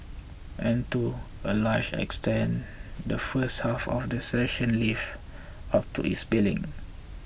and to a large extent the first half of the session lived up to its billing